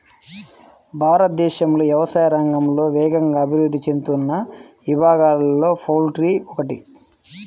భారతదేశంలో వ్యవసాయ రంగంలో వేగంగా అభివృద్ధి చెందుతున్న విభాగాలలో పౌల్ట్రీ ఒకటి